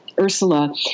Ursula